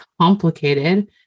complicated